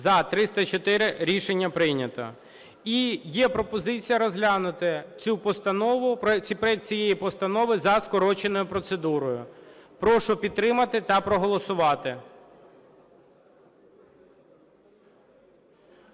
За-304 Рішення прийнято. І є пропозиція розглянути проект цієї постанови за скороченою процедурою. Прошу підтримати та проголосувати.